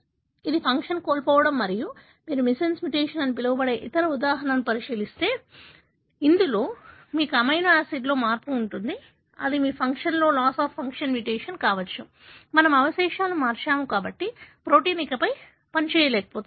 కాబట్టి ఇది ఫంక్షన్ కోల్పోవడం మరియు మీరు మిస్సెన్స్ మ్యుటేషన్ అని పిలువబడే ఇతర ఉదాహరణను పరిశీలిస్తే ఇందులో మీకు అమైనో యాసిడ్లో మార్పు ఉంటుంది అది మీ function loss of function mutation కావచ్చు మనము అవశేషాలు మార్చాము కాబట్టి ప్రోటీన్ ఇకపై పనిచేయలేకపోతుంది